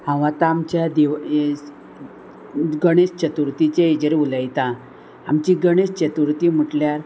हांव आतां आमच्या दिव गणेश चतुर्थीचे हेजेर उलयतां आमची गणेश चतुर्थी म्हटल्यार